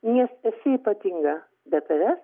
nes esi ypatinga be tavęs